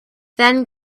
then